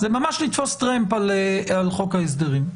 זה ממש לתפוס טרמפ על חוק ההסדרים.